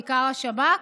בעיקר השב"כ,